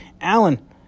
Alan